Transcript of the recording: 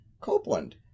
Copeland